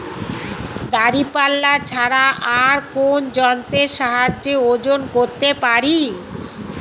দাঁড়িপাল্লা ছাড়া আর কোন যন্ত্রের সাহায্যে ওজন করতে পারি?